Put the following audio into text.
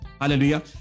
Hallelujah